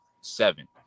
Seven